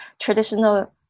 traditional